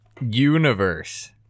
universe